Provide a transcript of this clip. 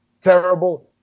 Terrible